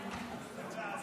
סיעות